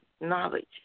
knowledge